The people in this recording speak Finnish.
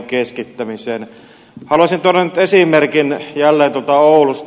haluaisin tuoda nyt esimerkin jälleen tuolta oulusta